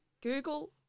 Google